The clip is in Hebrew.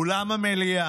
אולם המליאה.